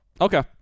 Okay